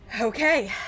okay